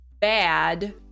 bad